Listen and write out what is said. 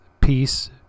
peace